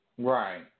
Right